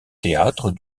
théâtre